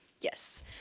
Yes